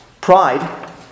Pride